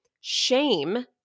shame